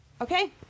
Okay